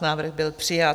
Návrh byl přijat.